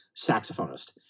saxophonist